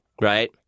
right